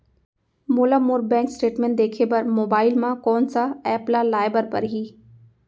मोला मोर bank statement देखे बर मोबाइल मा कोन सा एप ला लाए बर परही?